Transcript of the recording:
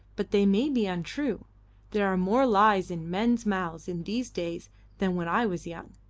but they may be untrue there are more lies in men's mouths in these days than when i was young,